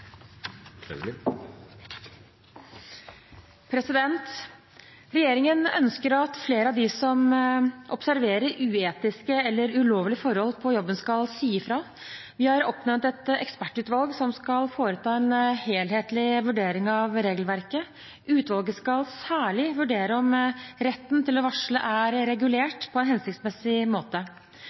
Regjeringen ønsker at flere av de som observerer uetiske eller ulovlige forhold på jobben, skal si ifra. Vi har oppnevnt et ekspertutvalg som skal foreta en helhetlig vurdering av regelverket. Utvalget skal særlig vurdere om retten til å varsle er regulert på en hensiktsmessig måte.